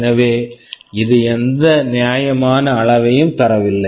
எனவே இது எந்த நியாயமான அளவையும் தரவில்லை